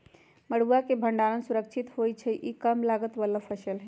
मरुआ के भण्डार सुरक्षित होइ छइ इ कम लागत बला फ़सल हइ